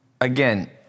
again